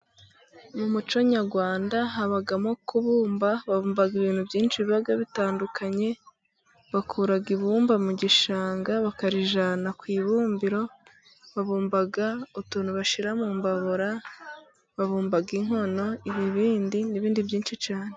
Mu muco nyarwanda habamo kubumba, babumba ibintu byinshi biba bitandukanye, bakura ibumba mu gishanga bakarijyana kwibumbiro, babumba utuntu bashyira mu mbaburara, babumba inkono, ibibindi n'ibindi byinshi cyane.